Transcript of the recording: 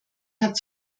hat